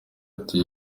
ati